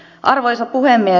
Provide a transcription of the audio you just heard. arvoisa puhemies